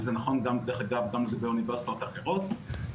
וזה נכון גם לגבי אוניברסיטאות אחרות.